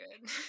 good